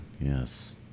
yes